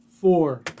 four